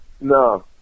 no